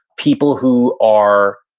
people who are,